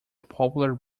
popular